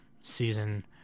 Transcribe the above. Season